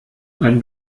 ein